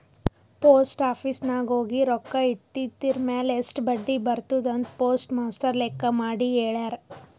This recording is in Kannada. ಪೋಸ್ಟ್ ಆಫೀಸ್ ನಾಗ್ ಹೋಗಿ ರೊಕ್ಕಾ ಇಟ್ಟಿದಿರ್ಮ್ಯಾಲ್ ಎಸ್ಟ್ ಬಡ್ಡಿ ಬರ್ತುದ್ ಅಂತ್ ಪೋಸ್ಟ್ ಮಾಸ್ಟರ್ ಲೆಕ್ಕ ಮಾಡಿ ಹೆಳ್ಯಾರ್